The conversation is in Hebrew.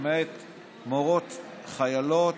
למעט מורות חיילות,